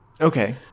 Okay